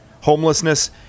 Homelessness